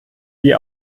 die